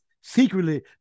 secretly